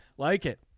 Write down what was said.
like it.